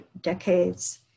decades